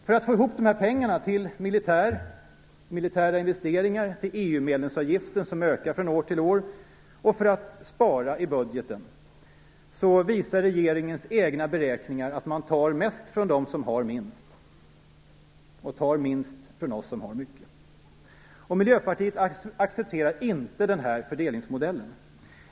För att få ihop dessa pengar till militära investeringar och till EU-medlemsavgiften, som ökar från år till år, och för att spara i budgeten visar regeringens egna beräkningar att man tar mest från dem som har minst och tar minst från oss som har mycket. Miljöpartiet accepterar inte denna fördelningsmodell.